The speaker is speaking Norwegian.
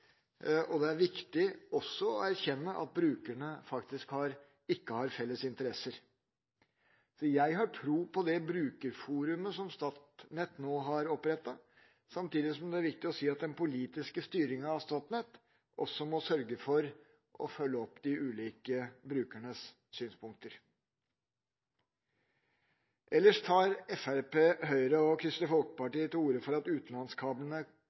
og det er viktig også å erkjenne at brukerne faktisk ikke har felles interesser. Jeg har derfor tro på det brukerforumet som Statnett nå har opprettet, samtidig som det er viktig å si at den politiske styringen av Statnett må sørge for å følge opp de ulike brukernes synspunkter. Ellers tar Fremskrittspartiet, Høyre og Kristelig Folkeparti til orde for at utenlandskablene